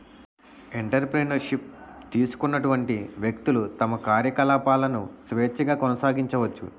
entrepreneur ship తీసుకున్నటువంటి వ్యక్తులు తమ కార్యకలాపాలను స్వేచ్ఛగా కొనసాగించుకోవచ్చు